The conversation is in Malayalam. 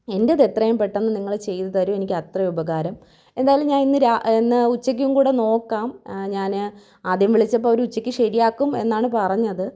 എന്റെത് എത്രേം പെട്ടന്ന് നിങ്ങൾ ചെയ്തു തരു എനിക്കത്രയും ഉപകാരം എന്തായാലും ഞാൻ ഇന്ന് രാ ഇന്ന് ഉച്ചക്കും കൂടെ നോക്കാം ഞാൻ ആദ്യം വിളിച്ചപ്പോൾ അവർ ഉച്ചക്ക് ശരിയാക്കും എന്നാണ് പറഞ്ഞത്